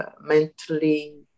mentally